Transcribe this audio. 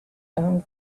own